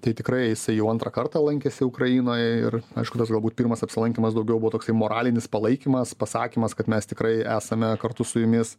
tai tikrai jisai jau antrą kartą lankėsi ukrainoj ir aišku tas galbūt pirmas apsilankymas daugiau buvo toksai moralinis palaikymas pasakymas kad mes tikrai esame kartu su jumis